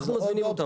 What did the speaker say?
אנחנו מזמינים אותם.